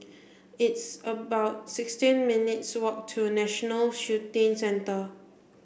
it's about sixteen minutes' walk to National Shooting Centre